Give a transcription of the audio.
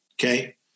okay